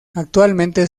actualmente